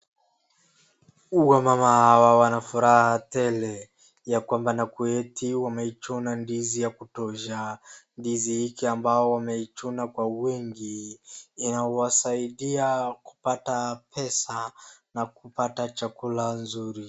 Wamama hawa wanafuraha tele ya kwamba nakuweiti wameichuna ndizi ya kutosha. Ndizi hiki ambayo wameichuna kwa wingi inawasaidia kupata pesa na kupata chakula nzuri.